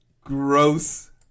gross